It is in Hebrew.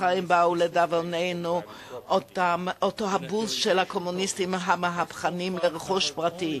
אחריהם בא לדאבוננו אותו הבוז של הקומוניסטים המהפכנים לרכוש פרטי.